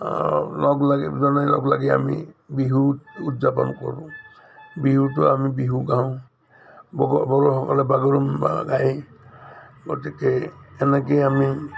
লগ লাগি যেনে লগ লাগি আমি বিহু উদযাপন কৰোঁ বিহুটো আমি বিহু গাওঁ বড়োসকলে বাগৰুম্বা গায় গতিকে এনেকৈয়ে আমি